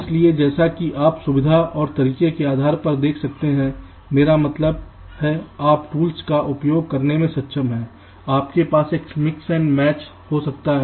इसलिए जैसा कि आप सुविधा और तरीके के आधार पर देख सकते हैं मेरा मतलब है आप टूल्स का उपयोग करने में सक्षम हैं आपके पास एक मिक्स और मैच हो सकता है